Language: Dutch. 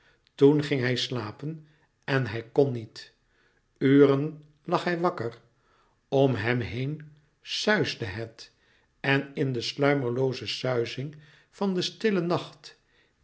toen ging hij slapen en hij kon niet uren lag hij wakker louis couperus metamorfoze om hem heen suisde het en in de sluimerlooze suizing van den stillen nacht